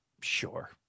Sure